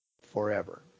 forever